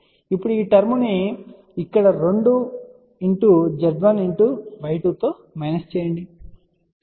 ఇప్పుడు ఈ టర్మ్ ను ఇక్కడ 2 Z1 Y2 మైనస్ చేయండి